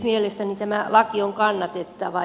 mielestäni tämä laki on kannatettava